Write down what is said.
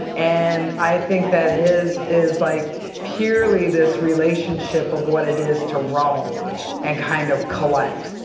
and i think that his is like purely this relationship of what it is to roam and kind of collect.